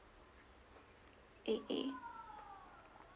A A